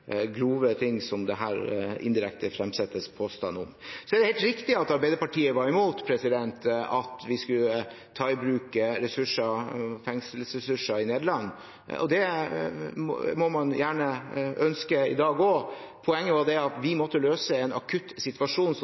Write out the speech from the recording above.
grove ting som det her indirekte fremsettes påstand om. Det er helt riktig at Arbeiderpartiet var imot at vi skulle ta i bruk fengselsressurser i Nederland. Det må man gjerne ønske i dag også – poenget var at vi måtte løse en akutt situasjon som